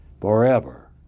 forever